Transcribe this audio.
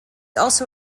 also